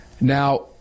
Now